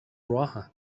راهن